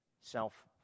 self